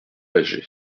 bâgé